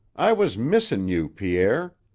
i was missin' you, pierre,